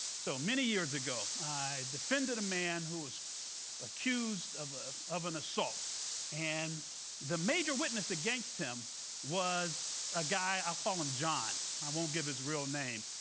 so many years ago, i defended a man who's accused of ah of an assault and the major witness against him was a guy i'll call him john i won't give his real name.